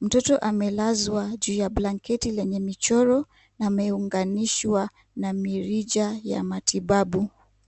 Mtoto amelazwa juu ya blanketi lenye michoro na ameunganishwa na mirija ya matibabu.